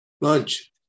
Lunch